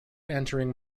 entering